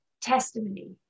testimony